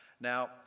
Now